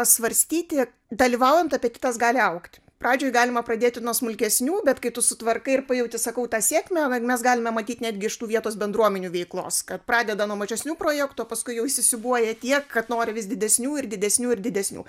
svarstyti dalyvaujant apetitas gali augti pradžioj galima pradėti nuo smulkesnių bet kai tu sutvarkai ir pajauti sakau tą sėkmę na mes galime matyti netgi iš tų vietos bendruomenių veiklos kad pradeda nuo mažesnių projektų o paskui jau įsisiūbuoja tiek kad nori vis didesnių ir didesnių ir didesnių